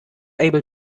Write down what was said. able